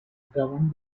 govern